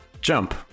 Jump